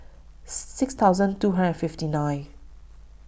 six thousand two hundred fifty nine